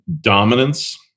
dominance